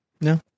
No